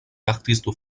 artistes